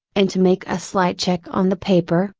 and to make a slight check on the paper,